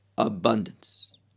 abundance